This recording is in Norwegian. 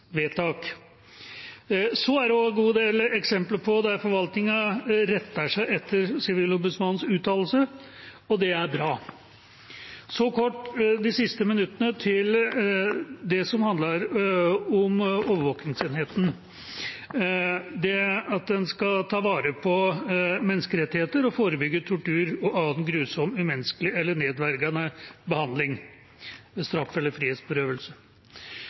er også en god del eksempler på at forvaltningen retter seg etter Sivilombudsmannens uttalelse, og det er bra. Så, de siste minuttene, kort til det som handler om overvåkningsenheten, det at en skal ta vare på menneskerettigheter og forebygge tortur og annen grusom umenneskelig eller nedverdigende behandling eller straff ved frihetsberøvelse.